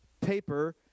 paper